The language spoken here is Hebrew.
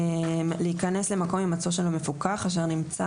להיכנס למקום הימצאו של המפוקח אשר נמצא